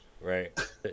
Right